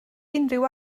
unrhyw